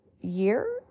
year